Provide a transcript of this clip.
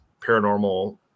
paranormal